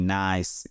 nice